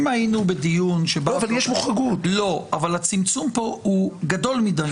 אבל הצמצום פה הוא גדול מדי.